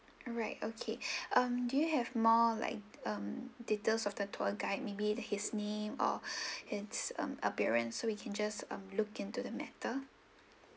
alright okay um do you have more like um details of the tour guide maybe his name or his um appearance so we can just um look into the matter